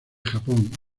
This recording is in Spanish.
japón